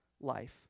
life